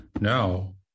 Now